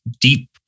deep